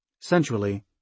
sensually